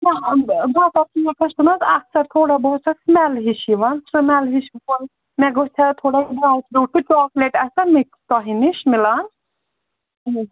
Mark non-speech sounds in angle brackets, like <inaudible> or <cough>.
نا <unintelligible> اکثر تھوڑا بہت سۄ سِمیٚل ہِش یِوان سِمیٚل ہِش مےٚ گژھِ ہہ تھوڑا ڈرٛےٚ فروٗٹ تہٕ چاکلیٹ آسیہ مِکٕس تۄہہِ نِش مِلان